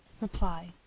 Reply